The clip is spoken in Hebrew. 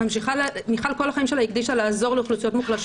מיכל כל החיים שלה הקדישה לעזור לאוכלוסיות מוחלשות